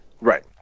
Right